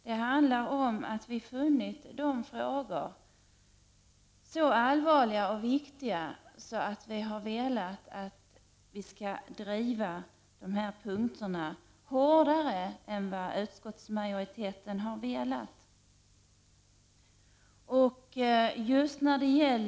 Det handlar om att vi har funnit de frågorna så allvarliga och viktiga att vi har velat att Sverige skall driva dem hårdare än vad utskottsmajoriteten har sagt.